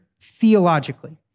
theologically